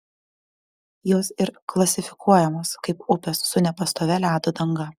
jos ir klasifikuojamos kaip upės su nepastovia ledo danga